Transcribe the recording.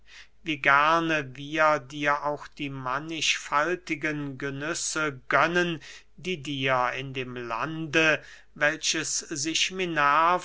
wie gerne wir dir auch die mannigfaltigen genüsse gönnen die dir in dem lande welches sich minerva